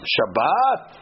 Shabbat